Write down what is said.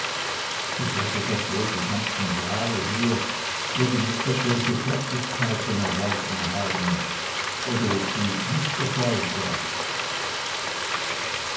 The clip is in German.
ich werde doch wohl die ganzen jahre her irgend etwelche fertigkeiten erworben haben oder ob dies nicht der fall sei